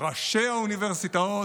ראשי האוניברסיטאות,